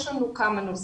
כאן יש לנו כמה נושאים.